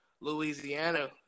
Louisiana